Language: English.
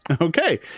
Okay